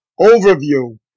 Overview